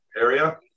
area